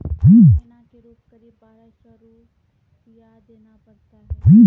महीना के रूप क़रीब बारह सौ रु देना पड़ता है?